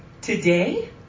today